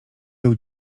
był